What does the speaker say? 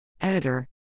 Editor